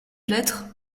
l’être